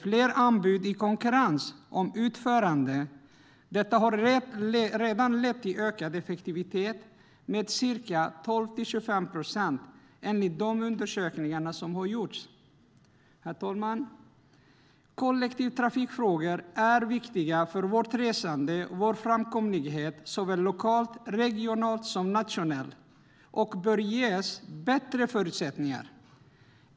Fler anbud i konkurrens om utförandet har redan lett till ökad effektivitet med 12-25 procent, enligt de undersökningar som har gjorts. Herr talman! Kollektivtrafikfrågor är viktiga för vårt resande och vår framkomlighet, såväl lokalt, regionalt som nationellt, och bör ges bättre förutsättningar.